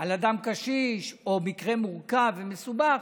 על אדם קשיש או על מקרה מורכב ומסובך,